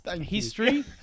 history